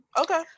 Okay